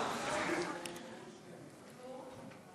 שקיפות בהצהרות הון לנבחרי ציבור בכירים,